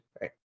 right